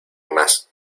más